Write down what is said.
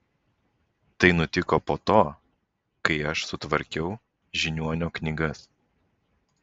tai nutiko po to kai aš sutvarkiau žiniuonio knygas